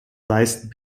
leisten